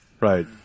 Right